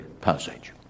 passage